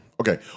okay